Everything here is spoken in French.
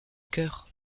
cœur